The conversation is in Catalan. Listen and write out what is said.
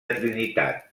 trinitat